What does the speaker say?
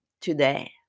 today